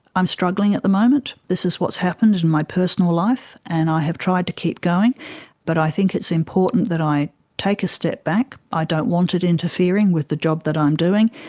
i'm struggling at the moment, this is what's happened in my personal life. and i have tried to keep going but i think it's important that i take a step back. i don't want it interfering with the job that i'm doing.